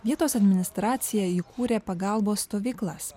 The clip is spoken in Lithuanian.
vietos administracija įkūrė pagalbos stovyklas